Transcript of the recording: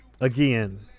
again